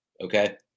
okay